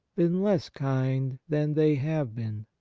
been less kind than they have been.